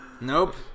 Nope